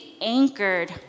anchored